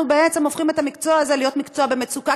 אנחנו בעצם הופכים את המקצוע הזה למקצוע במצוקה.